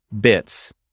bits